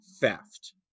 theft